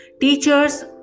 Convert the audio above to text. teachers